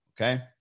okay